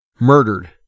murdered